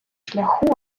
шляху